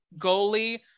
goalie